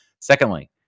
Secondly